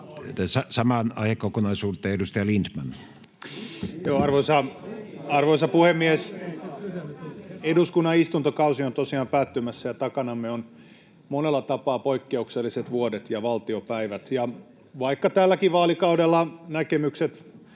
Harkimo liik) Time: 16:19 Content: Arvoisa puhemies! Eduskunnan istuntokausi on tosiaan päättymässä, ja takanamme ovat monella tapaa poikkeukselliset vuodet ja valtiopäivät. Vaikka tälläkin vaalikaudella näkemykset